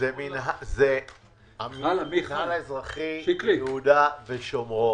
זה המינהל האזרחי ביהודה ושומרון.